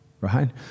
right